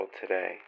today